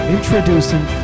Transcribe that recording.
Introducing